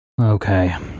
Okay